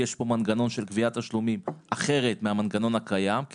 כי יש פה מנגנון אחר מהמנגנון הקיים של גביית תשלומים,